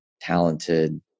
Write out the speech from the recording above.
talented